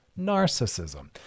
narcissism